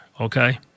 okay